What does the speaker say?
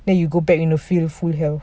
then you go into the field full health